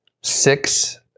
six